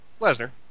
Lesnar